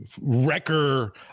wrecker